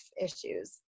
issues